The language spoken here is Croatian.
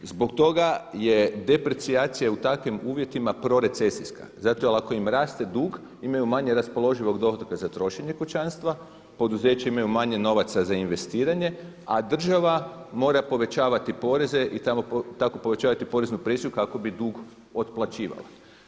Zbog toga je deprecijacija u takvim uvjetima prorecesijska, zato jer ako im raste dug imaju manje raspoloživog dohotka za trošenje kućanstva, poduzeća imaju manje novaca za investiranje, a država mora povećavati poreze i tako povećavati poreznu presiju kako bi dug otplaćivala.